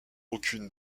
aucune